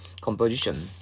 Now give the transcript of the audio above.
composition